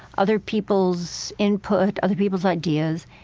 other peoples' input, other peoples' ideas.